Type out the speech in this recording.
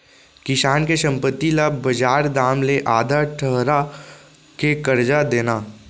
किसान के संपत्ति ल बजार दाम ले आधा ठहरा के करजा देना